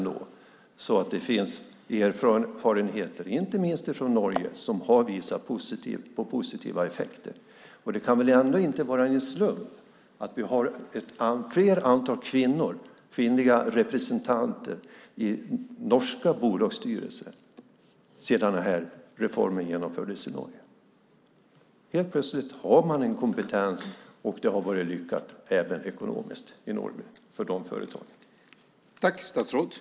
Det finns erfarenheter, inte minst från Norge, som har visat på positiva effekter. Det kan väl ändå inte vara en slump att det finns fler kvinnliga representanter i norska bolagsstyrelser sedan reformen genomfördes i Norge. Helt plötsligt finns kompetens, och det har varit lyckat även ekonomiskt för företagen i Norge.